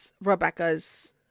rebecca's